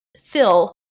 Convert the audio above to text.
fill